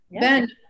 Ben